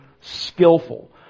skillful